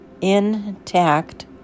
intact